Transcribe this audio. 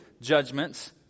judgments